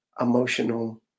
emotional